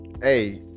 hey